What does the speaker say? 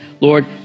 Lord